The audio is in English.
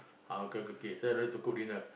uncle cook it so I don't need to cook dinner